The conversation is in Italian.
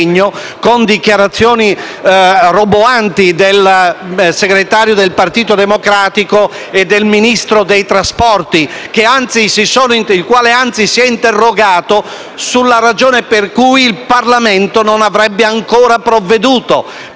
con dichiarazioni roboanti del segretario del Partito Democratico e del Ministro dei trasporti, il quale, anzi, si è interrogato sulla ragione per cui il Parlamento non avrebbe ancora provveduto.